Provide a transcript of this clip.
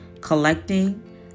collecting